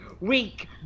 Weak